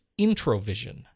IntroVision